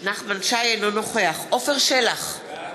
אינו נוכח עפר שלח,